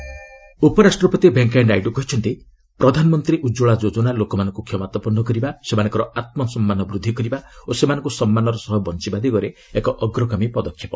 ନାଇଡୁ ଉଜ୍ଜନଳା ଉପରାଷ୍ଟ୍ରପତି ଭେଙ୍କେୟା ନାଇଡୁ କହିଛନ୍ତି ପ୍ରଧାନମନ୍ତ୍ରୀ ଉଜ୍ଜଳା ଯୋଜନା ଲୋକମାନଙ୍କୁ କ୍ଷମତାପନ୍ନ କରିବା ସେମାନଙ୍କର ଆମ୍ବସମ୍ମାନ ବୃଦ୍ଧିକରିବା ଓ ସେମାନଙ୍କୁ ସମ୍ମାନର ସହ ବଞ୍ଚବା ଦିଗରେ ଏକ ଅଗ୍ରଗାମୀ ପଦକ୍ଷେପ